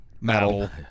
Metal